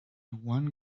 one